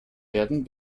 werden